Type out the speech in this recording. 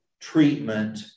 treatment